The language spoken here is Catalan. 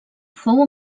fou